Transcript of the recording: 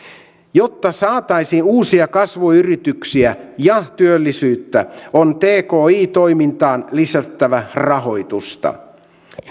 jotta saataisiin uusia kasvuyrityksiä ja työllisyyttä on tki toimintaan lisättävä rahoitusta